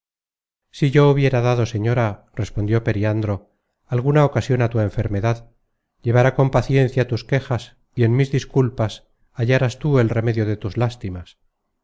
si yo hubiera dado señora respondió periandro alguna ocasion á tu enfermedad llevara con paciencia tus quejas y en mis disculpas hallaras tú el remedio de tus lástimas